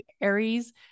Aries